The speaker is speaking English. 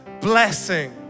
blessing